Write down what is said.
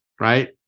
right